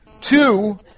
two